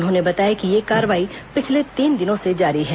उन्होंने बताया कि यह कार्रवाई पिछले तीन दिनों से जारी है